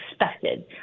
expected